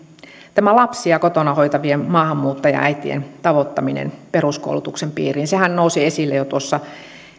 tämä lapsia kotona hoitavien maahanmuuttajaäitien tavoittaminen peruskoulutuksen piiriin sehän nousi esille jo tuossa